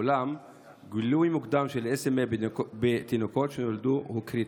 אולם גילוי מוקדם של SMA בתינוקות שנולדו הוא קריטי.